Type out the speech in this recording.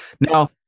now